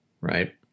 right